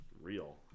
real